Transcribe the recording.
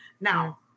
Now